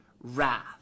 wrath